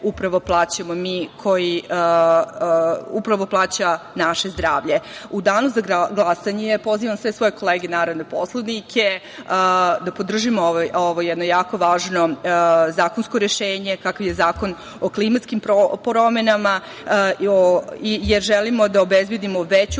upravo plaćamo mi, upravo plaća naše zdravlje.U danu za glasanje pozivam sve svoje kolege narodne poslanike da podržimo ovo jedno jako važno zakonsko rešenje kakav je zakon o klimatskim promenama, jer želimo da obezbedimo veću